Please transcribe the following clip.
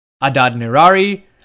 Adad-Nirari